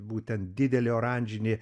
būtent didelė oranžinė